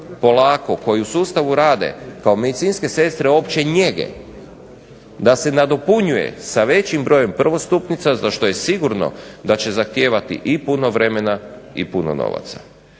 polako koji u sustavu rade kao medicinske sestre opće njege, da se nadopunjuje sa većim brojem prvostupnica, za što je sigurno da će zahtijevati i puno vremena i puno novaca.